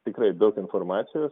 tikrai daug informacijos